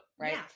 right